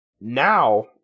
Now